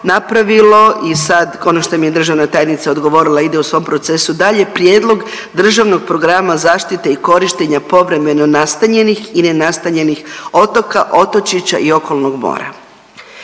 napravilo i sad konačno mi je državna tajnica odgovorila ide u svom procesu dalje prijedlog Državnog programa zaštite i korištenja povremeno nastanjenih i nenastanjenih otoka, otočića i okolnog mora.